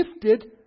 gifted